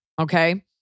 okay